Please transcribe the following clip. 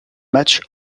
matchs